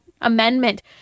amendment